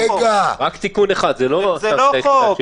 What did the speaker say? לכן נקלענו לאיזה שהוא פיילוט כזה.